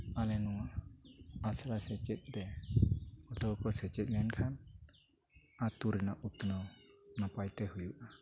ᱟᱞᱮ ᱱᱚᱣᱟ ᱟᱥᱲᱟ ᱥᱮᱪᱮᱫᱨᱮ ᱡᱚᱛᱚ ᱦᱚᱲᱠᱚ ᱥᱮᱪᱮᱫ ᱞᱮᱱᱠᱷᱟᱱ ᱟᱹᱛᱩ ᱨᱮᱱᱟᱜ ᱩᱛᱱᱟᱹᱣ ᱱᱟᱯᱟᱭᱛᱮ ᱦᱩᱭᱩᱜᱼᱟ